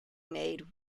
made